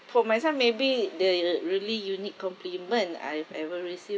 for myself maybe the really unique compliment I've ever received